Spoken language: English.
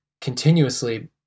continuously